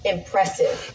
Impressive